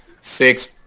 six